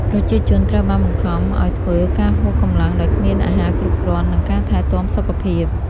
ប្រជាជនត្រូវបានបង្ខំឱ្យធ្វើការហួសកម្លាំងដោយគ្មានអាហារគ្រប់គ្រាន់ និងការថែទាំសុខភាព។